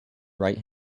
right